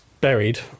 buried